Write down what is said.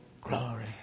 glory